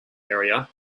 area